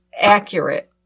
accurate